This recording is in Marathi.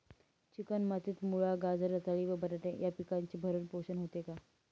चिकण मातीत मुळा, गाजर, रताळी व बटाटे या पिकांचे भरण पोषण होते का?